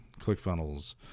ClickFunnels